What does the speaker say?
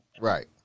Right